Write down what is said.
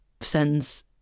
sends